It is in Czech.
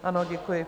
Ano, děkuji.